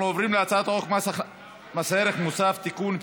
אנחנו עוברים להצעת חוק מס ערך מוסף (תיקון,